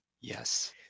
Yes